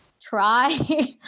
try